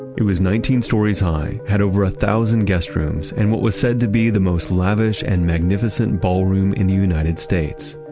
it was nineteen stories high, had over a thousand guest rooms, and what was said to be the most lavish and magnificent ballroom in the united states.